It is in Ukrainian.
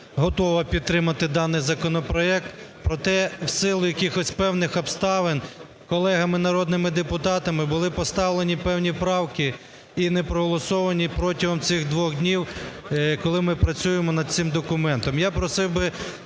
готова підтримати даний законопроект, проте в силу якихось певних обставин колегами народними депутатами були поставлені певні правки і не проголосовані протягом цих двох днів, коли ми працюємо над цим документом.